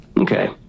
Okay